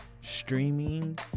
streaming